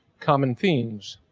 common themes.